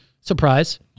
Surprise